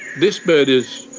this bird is,